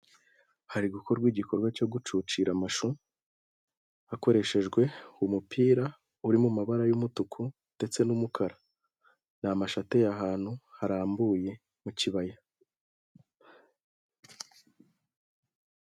Hari gukorwa igikorwa cyo gucucira amashu, hakoreshejwe umupira uri mu mabara y'umutuku, ndetse n'umukara. Ni amashu ateye ahantu harambuye mu kibaya.